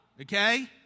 okay